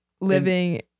living